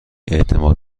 اعتماد